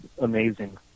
amazing